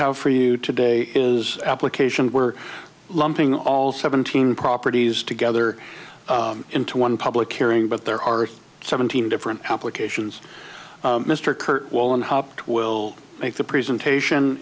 have for you today is application we're lumping all seventeen properties together into one public hearing but there are seventeen different applications mr kerr will and hopped we'll make the presentation